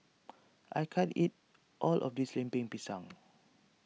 I can't eat all of this Lemper Pisang